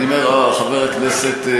אדוני היושב-ראש, כבוד השרים, חברות וחברי כנסת,